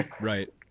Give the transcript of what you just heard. Right